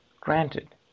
Granted